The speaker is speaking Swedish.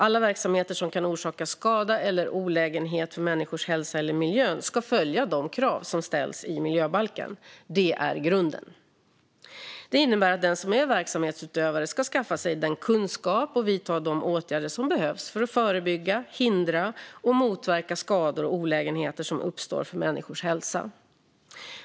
Alla verksamheter som kan orsaka skada eller olägenhet för människors hälsa eller för miljön ska följa de krav som ställs i miljöbalken. Det är grunden. Det innebär att den som är verksamhetsutövare ska skaffa sig den kunskap och vidta de åtgärder som behövs för att förebygga, hindra och motverka att skador och olägenheter för människors hälsa uppstår.